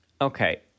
Okay